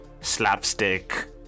slapstick